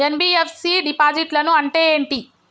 NBFC డిపాజిట్లను అంటే ఏంటి?